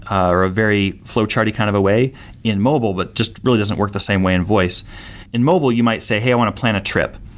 ah or a very flowcharty kind of way in mobile, but just really doesn't work the same way in voice in mobile, you might say, hey, i want to plan a trip.